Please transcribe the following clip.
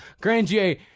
Grandier